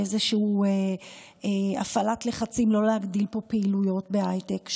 ואיזושהי הפעלת לחצים לא להגדיל פה פעילויות בהייטק.